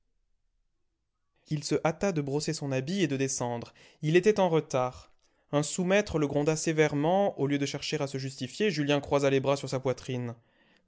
il se hâta de brosser son habit et de descendre il était en retard un sous maître le gronda sévèrement au lieu de chercher à se justifier julien croisa les bras sur sa poitrine